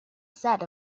set